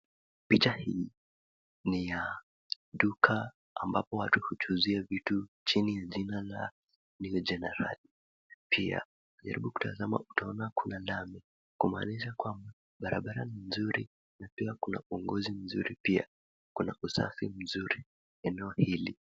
Picha hii ni ya duka ambapo watu huchuuzia vitu chini jina la yule jenerali pia ukijaribu kutazama utaona kuna lami kumaanisha kuwa barabara nzuri na pia kuna uongozi mzuri pia kuna usafi nzuri eneo hili.